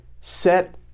set